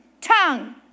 tongue